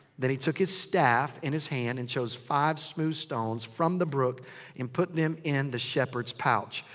then he took his staff in his hand and chose five smooth stones from the brook and put them in the shepherd's pouch.